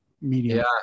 media